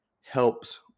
helps